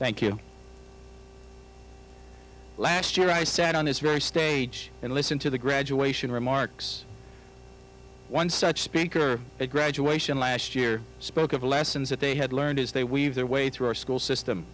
thank you last year i sat on this very stage and listened to the graduation remarks one such speaker at graduation last year spoke of the lessons that they had learned as they weave their way through our school system